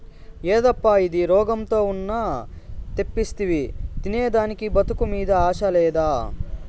యేదప్పా ఇది, రోగంతో ఉన్న తెప్పిస్తివి తినేదానికి బతుకు మీద ఆశ లేదా